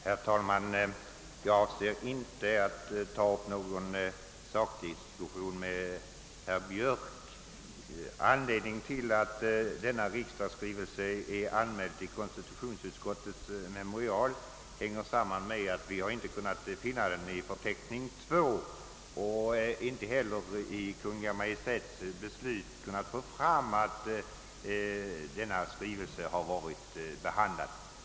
Herr talman! Jag avser inte att ta upp någon sakdiskussion med herr Björk i denna fråga. Anmärkningen i konstitutionsutskottets memorial om denna riksdagsskrivelse hänger samman med att vi inte har kunnat återfinna skrivelsen i förteckning II och inte heller i Kungl. Maj:ts beslut kunnat fastslå att denna skrivelse varit behandlad.